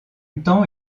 temps